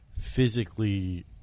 physically